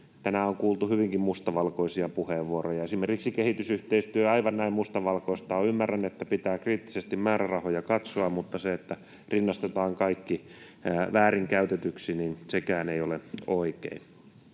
Tänään on kuultu hyvinkin mustavalkoisia puheenvuoroja. Esimerkiksi kehitysyhteistyö ei aivan näin mustavalkoista ole. Ymmärrän, että pitää kriittisesti määrärahoja katsoa, mutta ei sekään, että rinnastetaan kaikki väärinkäytetyksi, ole oikein.